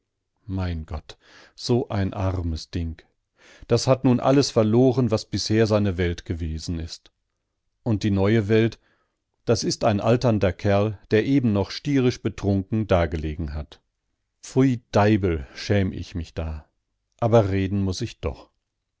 mein gott so ein armes ding das hat nun alles verloren was bisher seine welt gewesen ist und die neue welt das ist ein alternder kerl der noch eben stierisch betrunken dagelegen hat pfui deibel schämt ich mich da aber reden muß ich doch